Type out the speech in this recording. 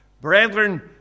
Brethren